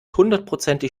hundertprozentig